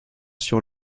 sur